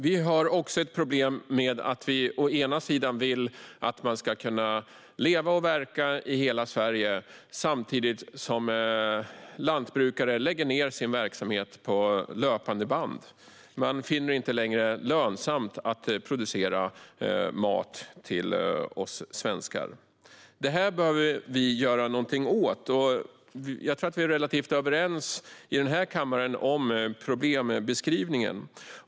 Vi har också ett problem med att vi vill att man ska kunna leva och verka i hela Sverige, samtidigt som lantbrukare lägger ned sina verksamheter på löpande band. Man finner det inte längre lönsamt att producera mat till oss svenskar. Detta behöver vi göra något åt, och jag tror att vi i denna kammare är relativt överens om problembeskrivningen.